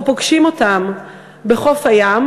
אנחנו פוגשים אותם בחוף הים,